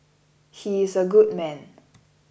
he is a good man